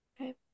Okay